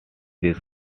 this